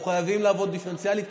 אנחנו חייבים לעבוד דיפרנציאלית,